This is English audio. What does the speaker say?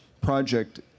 project